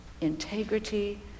integrity